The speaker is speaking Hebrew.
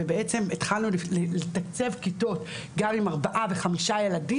ובעצם התחלנו לתקצב כיתות גם עם ארבעה וחמישה ילדים,